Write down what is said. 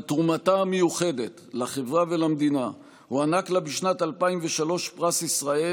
על תרומתה המיוחדת לחברה ולמדינה הוענק לה בשנת 2003 פרס ישראל,